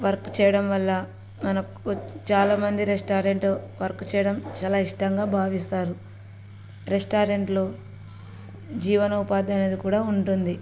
work చేయడం వల్ల మనకు చాలామంది రెస్టారెంట్ వర్క్ చేయడం చాలా ఇష్టంగా భావిస్తారు రెస్టారెంట్లో జీవనోపాధి అనేది కూడా ఉంటుంది